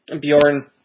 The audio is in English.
Bjorn